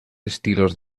estilos